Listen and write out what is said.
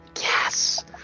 Yes